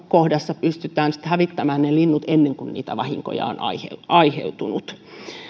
kohdassa pystytään hävittämään ne linnut ennen kuin niitä vahinkoja on aiheutunut